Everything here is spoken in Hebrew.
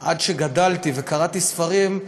עד שגדלתי וקראתי ספרים,